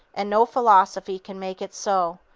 and no philosophy can make it so,